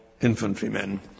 infantrymen